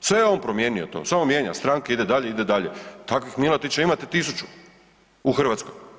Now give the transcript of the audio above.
sve je on promijenio to, samo mijenja stranke ide dalje, ide dalje, takvih Milatića imate tisuću u Hrvatskoj.